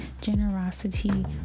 generosity